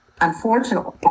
unfortunately